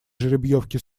жеребьевки